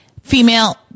female